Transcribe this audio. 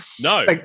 No